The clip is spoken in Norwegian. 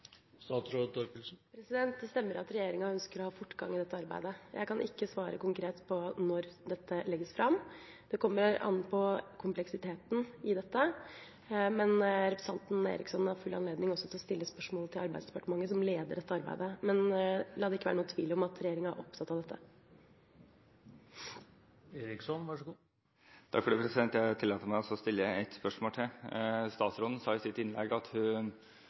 ønsker å få fortgang i dette arbeidet. Jeg kan ikke svare konkret på når dette legges fram. Det kommer an på kompleksiteten i dette. Men representanten Eriksson har full anledning til også å stille spørsmålet til Arbeidsdepartementet, som leder dette arbeidet. Men la det ikke være noen tvil om at regjeringa er opptatt av dette. Jeg tillater meg å stille et spørsmål til. Statsråden viste i sitt innlegg til EØS-avtalen og sa at